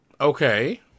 Okay